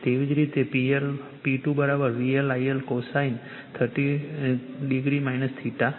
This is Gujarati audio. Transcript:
એવી જ રીતે P2 VL IL cosine 30 o છે